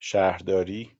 شهرداری